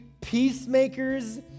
peacemakers